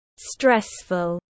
stressful